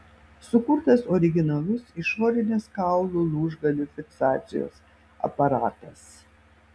sukurtas originalus išorinės kaulų lūžgalių fiksacijos aparatas